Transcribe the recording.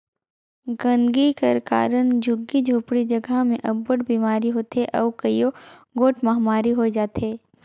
गंदगी कर कारन झुग्गी झोपड़ी जगहा में अब्बड़ बिमारी होथे अउ कइयो गोट महमारी होए जाथे